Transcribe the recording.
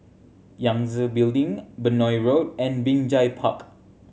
Yangtze Building Benoi Road and Binjai Park